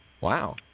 Wow